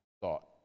thought